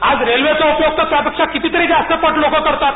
आज रेल्वे चा उपयोग त्याहीपेक्षा कितीतरी जास्त पटीत लोक करतात